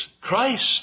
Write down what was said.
Christ